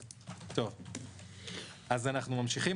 אנחנו ממשיכים.